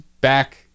back